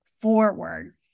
forward